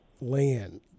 land